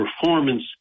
performance